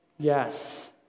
Yes